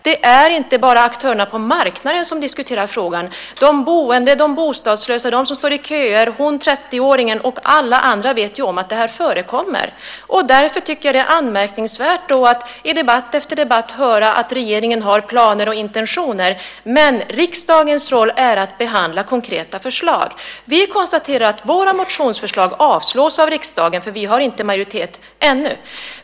Det är inte bara aktörerna på marknaden som diskuterar frågan. De boende, de bostadslösa, de som står i köer, den 30-åriga kvinnan och alla andra vet ju om att det här förekommer. Därför tycker jag att det är anmärkningsvärt att i debatt efter debatt höra att regeringen har planer och intentioner. Men riksdagens roll är att behandla konkreta förslag. Vi konstaterar att våra motionsförslag avslås av riksdagen därför att vi inte har majoritet, ännu.